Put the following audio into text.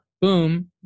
boom